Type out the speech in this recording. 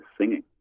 singing